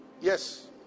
Yes